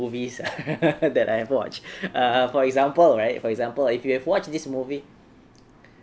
movies that I've watched err for example right for example if you have watched this movie